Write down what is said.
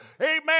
amen